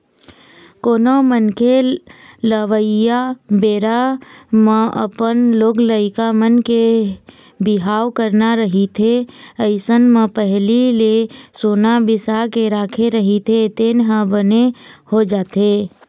कोनो मनखे लअवइया बेरा म अपन लोग लइका मन के बिहाव करना रहिथे अइसन म पहिली ले सोना बिसा के राखे रहिथे तेन ह बने हो जाथे